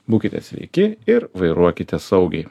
būkite sveiki ir vairuokite saugiai